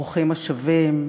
ברוכים השבים.